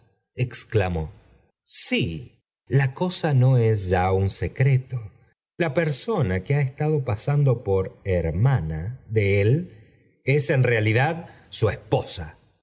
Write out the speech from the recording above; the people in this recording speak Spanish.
exclamó sí la cosa no es ya un secreto i ja persona que ha estado pasando por hermana de él es en realidad su esposa